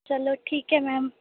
ਚਲੋ ਠੀਕ ਹੈ ਮੈਮ